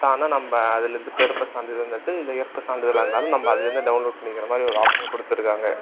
தானாக நம்ம அதில் இருந்து பிறப்பு சான்றிதழ்னாச்சி இந்த இறப்பு சான்றிதழா இருந்தாலும் நம்ம அதில் இருந்தே டவுன்லோட் பண்ணிக்கிற மாதிரி ஒரு ஆப்ஷன் கொடுத்துருக்காங்க